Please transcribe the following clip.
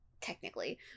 technically